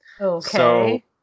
Okay